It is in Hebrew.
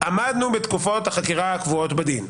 עמדנו בתקופות החקירה הקבועות בדין".